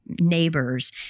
Neighbors